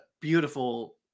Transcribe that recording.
Beautiful